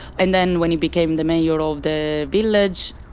and then when he became the mayor of the village,